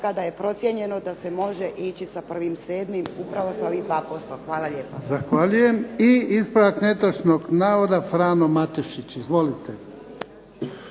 kada je procijenjeno da se može ići sa 1.7. upravo s ovih 2%. Hvala lijepa. **Jarnjak, Ivan (HDZ)** Zahvaljujem. I ispravak netočnog navoda, Frano Matušić. Izvolite.